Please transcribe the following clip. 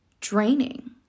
draining